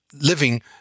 living